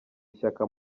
ishyaka